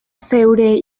zeure